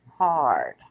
hard